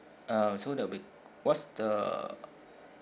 uh so there'll be what's the